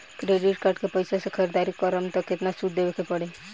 Credit card के पैसा से ख़रीदारी करम त केतना सूद देवे के पड़ी?